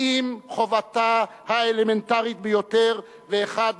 כי אם חובתה האלמנטרית ביותר ואחד